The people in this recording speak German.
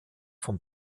vom